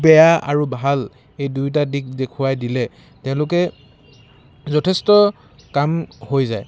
বেয়া আৰু ভাল এই দুয়োটা দিশ দেখুৱাই দিলে তেওঁলোকে যথেষ্ট কাম হৈ যায়